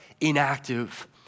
inactive